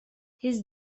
his